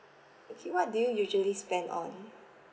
okay what do you usually spend on